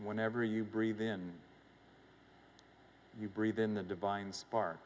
whenever you breathe in you breathe in the divine spar